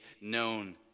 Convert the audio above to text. known